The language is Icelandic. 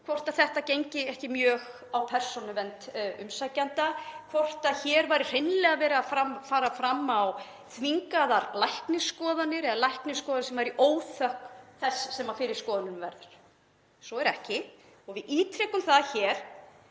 hvort þetta gengi ekki mjög á persónuvernd umsækjenda, hvort hér væri hreinlega verið að fara fram á þvingaðar læknisskoðanir, eða læknisskoðun, sem væru í óþökk þess sem fyrir skoðuninni verður. Svo er ekki og við ítrekum það hér